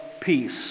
peace